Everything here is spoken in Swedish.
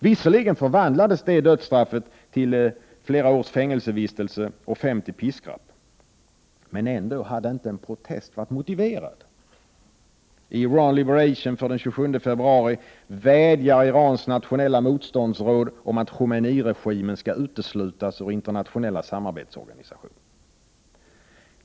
Visserligen förvandlades dödsstraffet till flera års fängelsevistelse och 50 piskrapp. Men hade ändå inte en protest varit motiverad? I Iran Liberation för den 27 februari vädjar Irans Nationella Motståndsråd om att Khomeiniregimen skall uteslutas ur internationella samarbetsorganisationer.